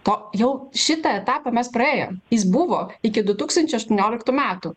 to jau šitą etapą mes praėjom jis buvo iki du tūkstančiai aštuonioliktų metų